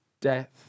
death